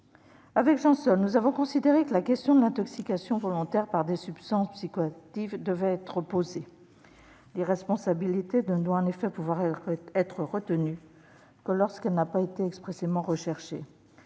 Avec Jean Sol, nous avons considéré que la question de l'intoxication volontaire par des substances psychoactives devait être posée. L'irresponsabilité ne doit pouvoir être retenue que lorsqu'elle n'a pas été expressément recherchée.